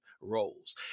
roles